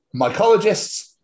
mycologists